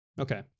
okay